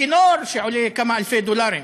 כינור שעולה כמה אלפי דולרים,